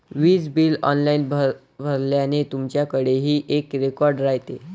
वीज bill online भरल्याने, तुमच्याकडेही एक रेकॉर्ड राहते